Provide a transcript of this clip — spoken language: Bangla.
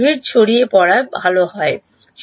গ্রিড ছড়িয়ে পড়া বলা হয় ঠিক আছে